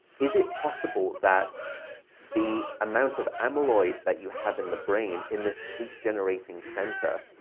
is it possible that the amount of amyloid that you have in the brain in this sleep-generating center,